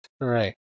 Right